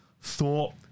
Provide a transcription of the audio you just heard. thought